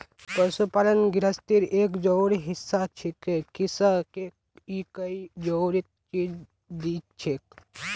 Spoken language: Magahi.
पशुपालन गिरहस्तीर एक जरूरी हिस्सा छिके किसअ के ई कई जरूरी चीज दिछेक